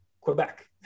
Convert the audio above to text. Quebec